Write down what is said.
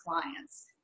clients